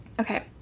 Okay